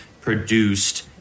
produced